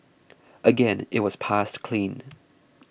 again it was passed clean